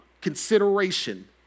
consideration